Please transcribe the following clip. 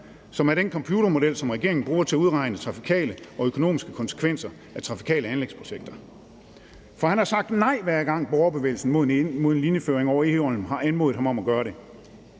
som er den computermodel, som regeringen bruger til at udregne trafikale og økonomiske konsekvenser af trafikale anlægsprojekter, for han har sagt nej, hver gang Borgerbevægelsen mod en linjeføring over Egholm har anmodet ham at gøre det,